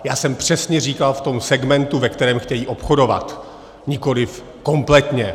Já jsem přesně říkal v tom segmentu, ve kterém chtějí obchodovat, nikoliv kompletně.